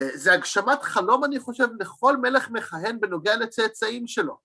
זה הגשמת חלום, אני חושב, לכל מלך מכהן בנוגע לצאצאים שלו.